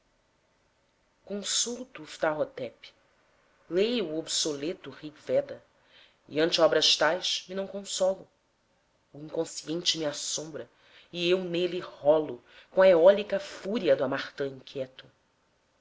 consulto o phtah hotep leio o obsoleto rig veda e ante obras tais me não consolo o inconsciente me assombra e eu nele rolo com a eólica fúria do harmatã inquieto